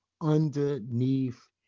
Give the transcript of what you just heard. underneath